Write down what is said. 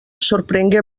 sorprengué